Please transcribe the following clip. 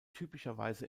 typischerweise